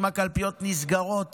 אם הקלפיות נסגרות